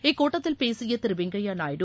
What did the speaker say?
இக்கூட்டத்தில் பேசிய திரு வெங்கைய நாயுடு